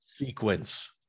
sequence